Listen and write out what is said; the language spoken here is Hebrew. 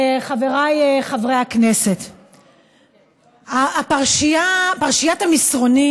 חבריי חבר הכנסת, פרשיית המסרונים